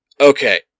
Okay